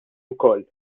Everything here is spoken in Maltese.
wkoll